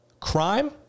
crime